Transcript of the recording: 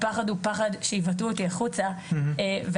הפחד הוא פחד שיבעטו אותי החוצה והבעיטה